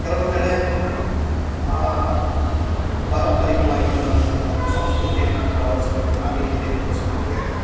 ಕೆಲವು ಕಡೆ ಪಾರಂಪರಿಕವಾಗಿ ಬಂದಂತಹ ಸಂಸ್ಕೃತಿಯನ್ನು ಅಳವಡಿಸ್ಕೊಂಡು ಅದೇ ರೀತಿಯಾಗಿ ಮುಂದ್ವರ್ಸ್ಕೊಂಡು ಹೋಗ್ತಾ ಇದ್ದಾರೆ